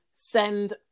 send